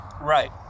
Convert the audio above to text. right